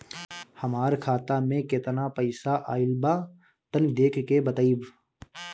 हमार खाता मे केतना पईसा आइल बा तनि देख के बतईब?